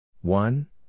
one